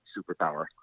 superpower